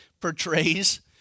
portrays